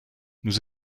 nous